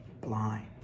blind